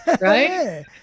Right